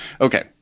Okay